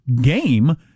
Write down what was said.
game